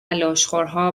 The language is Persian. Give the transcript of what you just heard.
لاشخورها